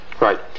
Right